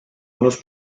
unos